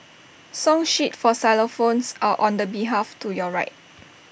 song sheets for xylophones are on the behalf to your right